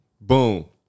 Boom